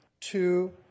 two